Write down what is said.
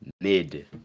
mid